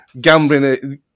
gambling